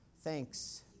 Thanks